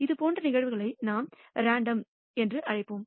இதுபோன்ற நிகழ்வுகளை நாம் ரேண்டம் அழைப்போம்